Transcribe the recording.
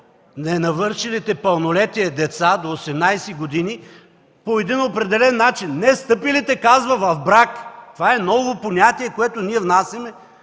ненавършилите пълнолетие деца до 18 години, по един определен начин: невстъпилите, казва, в брак. Това е ново понятие, което внасяме